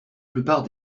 plupart